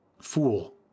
Fool